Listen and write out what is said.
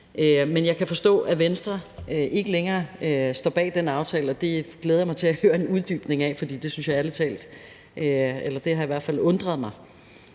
Men jeg kan forstå, at Venstre ikke længere står bag den aftale, og det glæder jeg mig til at høre en uddybning af, for det har i hvert fald undret mig.